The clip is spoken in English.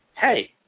hey